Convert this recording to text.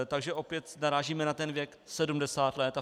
Takže opět narážíme na ten věk 70 let.